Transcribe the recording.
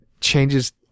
changes